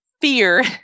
fear